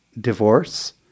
divorce